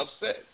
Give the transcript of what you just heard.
upset